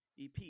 ep